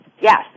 Yes